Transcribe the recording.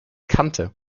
kannte